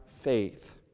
faith